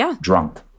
drunk